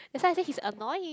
that's why I say he's annoying